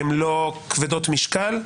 הן לא כבדות משקל,